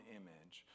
image